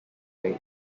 date